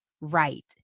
right